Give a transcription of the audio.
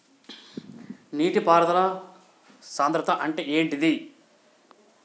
నీటి పారుదల సంద్రతా అంటే ఏంటిది?